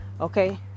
okay